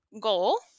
goal